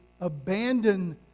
abandon